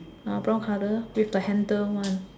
brown colour with the handle one